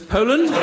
Poland